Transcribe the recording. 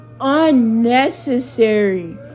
unnecessary